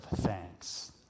Thanks